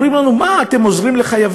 אומרים לנו: מה, אתם עוזרים לחייבים?